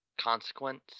consequence